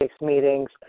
meetings